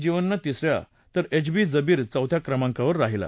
जीवननं तिसऱ्या तर M P Jabir चौथ्या क्रमांकावर राहिला